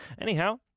Anyhow